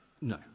No